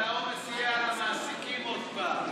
אבל העומס יהיה על המעסיקים עוד פעם.